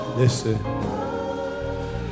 listen